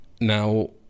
now